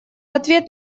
ответ